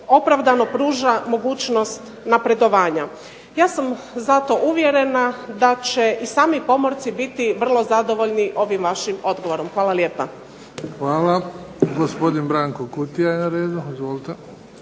opravdano pruža mogućnost napredovanja. Ja sam zato uvjerena da će i sami pomorci biti vrlo zadovoljni ovim vašim odgovorom. Hvala lijepa. **Bebić, Luka (HDZ)** Hvala. Gospodin Branko Kutija je na redu.